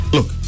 Look